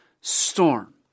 storm